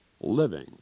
living